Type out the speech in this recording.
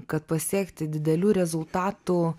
kad pasiekti didelių rezultatų